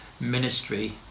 ministry